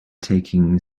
taking